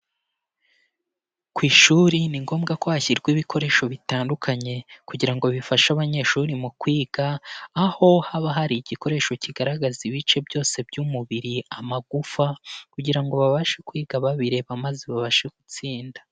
Ku ishuri ni ngombwa ko hashyirwa ibikoresho bitandukanye kugira ngo bifashe abanyeshuri mu kwiga, aho haba hari igikoresho kigaragaza ibice byose by'umubiri amagufa kugira ngo babashe kwiga babireba maze babashe gutsinda.